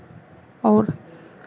और